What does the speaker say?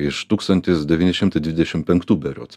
iš tūkstantis devyni šimtai dvidešim penktų berods